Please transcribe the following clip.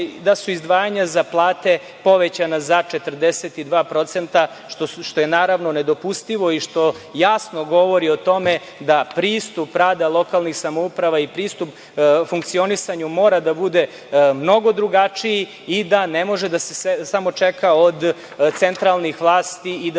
da su izdvajanja za plate povećana za 42%, što je nedopustivo i što jasno govori o tome da pristup rada lokalnih samouprava i pristup funkcionisanju mora da bude mnogo drugačiji i da ne može da se samo čeka od centralnih vlasti i da